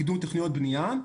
לקידום תוכניות בנייה.